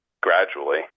gradually